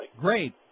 Great